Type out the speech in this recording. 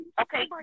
Okay